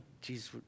Jesus